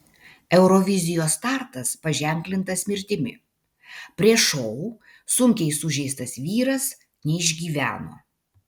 eurovizijos startas paženklintas mirtimi prieš šou sunkiai sužeistas vyras neišgyveno